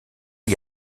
les